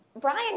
Brian